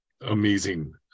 amazing